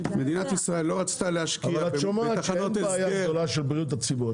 אבל את שומעת שאין בעיה גדולה של בריאות הציבור,